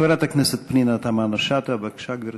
חברת הכנסת פנינה תמנו-שטה, בבקשה, גברתי.